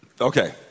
Okay